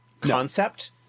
concept